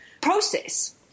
process